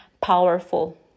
powerful